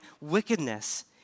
wickedness